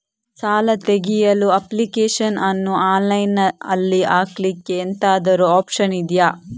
ಸಾಲ ತೆಗಿಯಲು ಅಪ್ಲಿಕೇಶನ್ ಅನ್ನು ಆನ್ಲೈನ್ ಅಲ್ಲಿ ಹಾಕ್ಲಿಕ್ಕೆ ಎಂತಾದ್ರೂ ಒಪ್ಶನ್ ಇದ್ಯಾ?